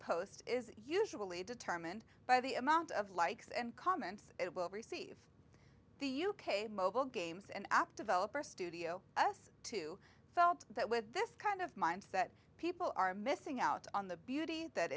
post is usually determined by the amount of likes and comments it will receive the u k mobile games and app developer studio us too felt that with this kind of mindset people are missing out on the beauty that